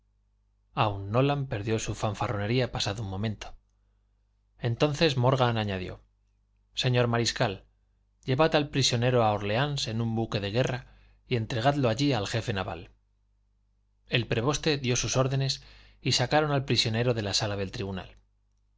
minuto aun nolan perdió su fanfarronería pasado un momento entonces morgan añadió señor mariscal llevad al prisionero a órleans en un buque de guerra y entregadlo allí al jefe naval el preboste dió sus órdenes y sacaron al prisionero de la sala del tribunal